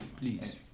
please